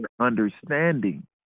understanding